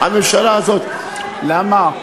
הממשלה הזאת, למה?